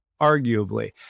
arguably